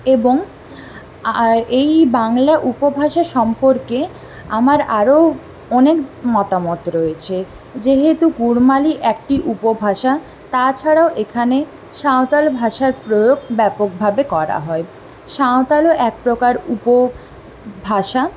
এবং এই বাংলা উপভাষা সম্পর্কে আমার আরও অনেক মতামত রয়েছে যেহেতু কুড়মালি একটি উপভাষা তাছাড়াও এখানে সাঁওতাল ভাষার প্রয়োগ ব্যাপকভাবে করা হয় সাঁওতালও একপ্রকার উপভাষা